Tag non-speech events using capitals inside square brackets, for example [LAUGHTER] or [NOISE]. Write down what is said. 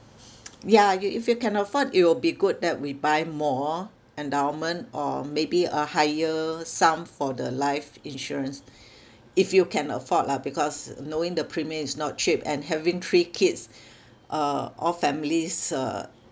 [NOISE] ya i~ if you can afford it will be good that we buy more endowment or maybe a higher sum for the life insurance if you can afford lah because knowing the premium is not cheap and having three kids uh all families uh